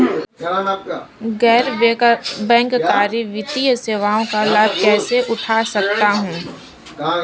गैर बैंककारी वित्तीय सेवाओं का लाभ कैसे उठा सकता हूँ?